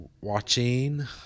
watching